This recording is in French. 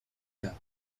tard